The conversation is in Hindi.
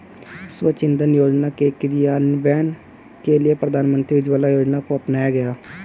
स्वच्छ इंधन योजना के क्रियान्वयन के लिए प्रधानमंत्री उज्ज्वला योजना को अपनाया गया